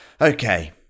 Okay